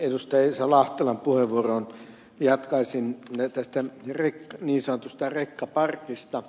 esa lahtelan puheenvuoroon jatkaisin tästä niin sanotusta rekkaparkista